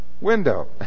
window